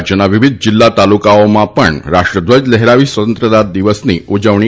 રાજ્યના વિવિધ જિલ્લા તાલુકામાં પણ રાષ્ટ્રધ્વજ લહેરાવી સ્વતંત્રતા દિવસ ઉજવાયો હતો